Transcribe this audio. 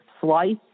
slice